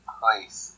place